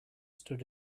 stood